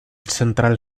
central